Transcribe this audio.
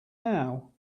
now